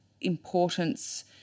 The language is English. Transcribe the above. importance